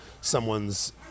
someone's